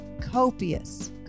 copious